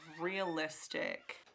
realistic